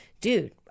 dude